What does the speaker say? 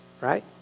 Right